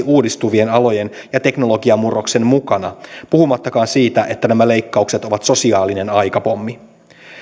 uudistuvien alojen ja teknologiamurroksen mukana puhumattakaan siitä että nämä leikkaukset ovat sosiaalinen aikapommi